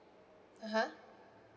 (uh huh)